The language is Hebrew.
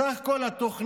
סך כל תוכניות